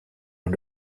and